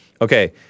Okay